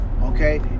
Okay